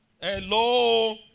Hello